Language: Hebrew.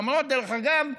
למרות, דרך אגב,